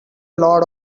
load